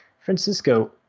Francisco